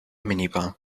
minibar